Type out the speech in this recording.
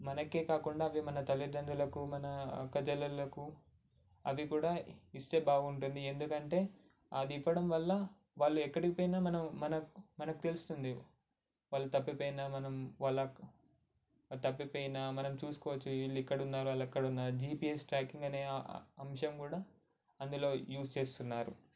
మనకే కాకుండా అవి మన తల్లిదండ్రులకు మన అక్క చెల్లెళ్ళకు అవి కూడా ఇస్తే బాగా ఉంటుంది ఎందుకంటే అది ఇవ్వడం వల్ల వాళ్ళు ఎక్కడికి పోయినా మనం మన మనకు తెలుస్తుంది వాళ్ళు తప్పిపోయిన మనం వాళ్ళకు తప్పిపోయిన మనం చూసుకోవచ్చు వీళ్ళు ఇక్కడ ఉన్నారు వాళ్ళు అక్కడ ఉన్నా అని జిపిఎస్ ట్రాకింగ్ అనే అంశం కూడా అందులో యూస్ చేస్తున్నారు